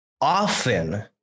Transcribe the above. often